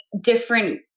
different